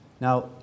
Now